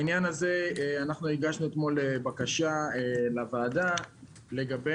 בעניין הזה אנחנו הגשנו אתמול בקשה לוועדה לגבי